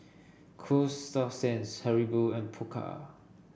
Coasta Sands Haribo and Pokka